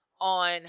On